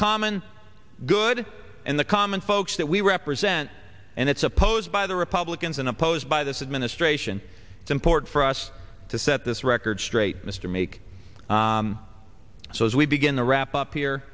common good and the common folks that we represent and it's opposed by the republicans and opposed by this administration it's important for us to set this record straight mr meek so as we begin to wrap up here